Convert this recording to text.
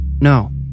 No